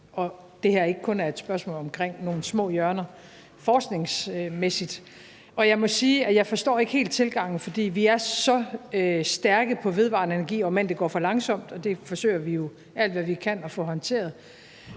at det her ikke kun er et spørgsmål om nogle små hjørner forskningsmæssigt. Og jeg må sige, at jeg ikke helt forstår tilgangen, for vi er så stærke på vedvarende energi, om end det går for langsomt, og det forsøger vi jo alt, hvad vi kan, at få håndteret.